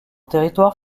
territoire